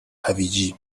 هویجی